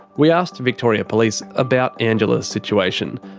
we asked victoria police about angela's situation,